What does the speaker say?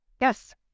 Yes